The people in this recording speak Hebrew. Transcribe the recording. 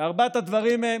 ארבעת הדברים: